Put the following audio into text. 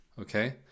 Okay